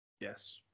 yes